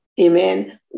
amen